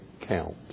count